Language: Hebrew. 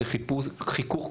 חיכוך,